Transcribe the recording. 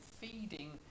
feeding